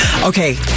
Okay